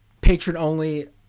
patron-only